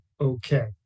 Okay